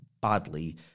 badly